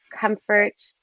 comfort